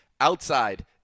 outside